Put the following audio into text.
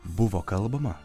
buvo kalbama